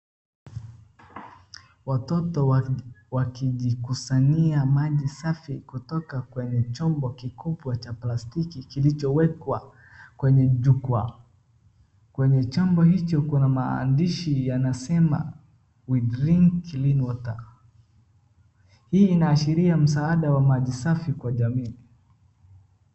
Watoto wakijikusanyia maji safi kutoka kwenye chombo kikubwa cha plastiki kilichowekwa kwenye jukwaa. Kwenye chombo hicho kuna maandishi yanasema we drink clean water . Hii inaashiria msaada wa maji safi kwa jamii.